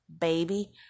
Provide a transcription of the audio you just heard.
baby